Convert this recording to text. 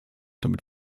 damit